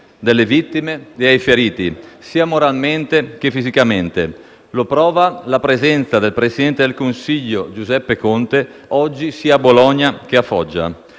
delle vittime e dei feriti, sia moralmente che fisicamente. Lo prova la presenza del presidente del Consiglio Giuseppe Conte, oggi, sia a Bologna che a Foggia.